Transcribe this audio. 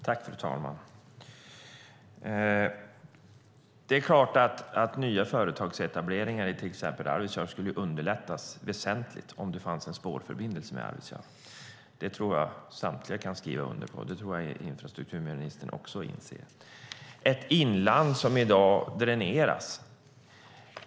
Fru talman! Det är klart att nya företagsetableringar i till exempel Arvidsjaur skulle underlättas väsentligt om det fanns en spårförbindelse till Arvidsjaur. Det tror jag samtliga kan skriva under på. Det tror jag att infrastrukturministern också inser. Vi har ett inland som i dag dräneras.